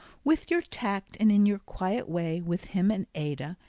with your tact and in your quiet way, with him and ada,